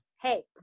Hey